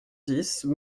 dix